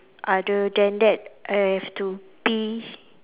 other than that I have to be